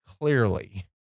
clearly